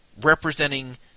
representing